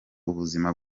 ubuzima